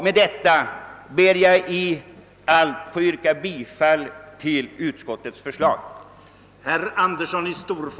Med dessa ord ber jag att få yrka bifall till vad statsutskottet föreslagit i sitt utlåtande nr 103.